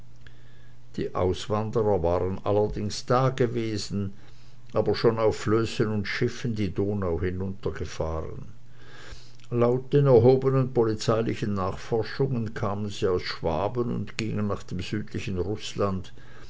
die auswanderer waren allerdings dagewesen aber schon auf flößen und schiffen die donau hinuntergefahren laut den erhobenen polizeilichen nachforschungen kamen sie aus schwaben und gingen nach dem südlichen rußland